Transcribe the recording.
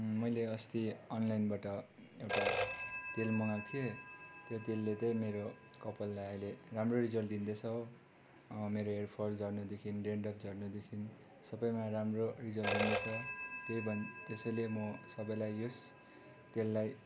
मैले अस्ति अनलाइनबाट एउटा तेल मगाएको थिएँ त्यो तेलले चाहिँ मेरो कपाललाई अहिले राम्रो रिजल्ट दिँदैछ हो मेरो हेयर फल झर्नेदेखि डेन्ड्रफ झर्नेदेखि सबैमा राम्रो रिजल्ट दिँदैछ त्यही भन त्यसैले म सबैलाई यस तेललाई